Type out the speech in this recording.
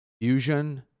Fusion